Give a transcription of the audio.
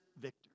victor